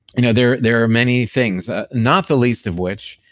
you know there there are many things, not the least of which,